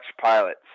pilots